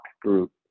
Group